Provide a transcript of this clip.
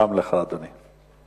גם לך, אדוני.